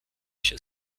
się